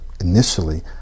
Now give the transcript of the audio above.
initially